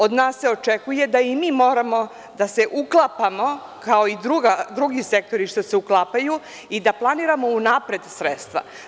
Od nas se očekuje da i mi moramo da se uklapamo kao i drugi sektori što se uklapaju i da planiramo unapred sredstva.